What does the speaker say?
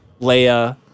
Leia